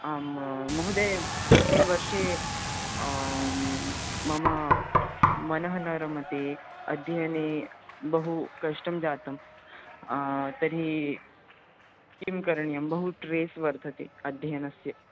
आं महोदय अस्मिन् वर्षे मम मनः न रमते अध्ययने बहु कष्टं जातम् तर्हि किं करणीयं बहु ट्रेस् वर्धते अध्ययनस्य